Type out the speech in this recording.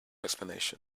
explanation